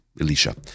Elisha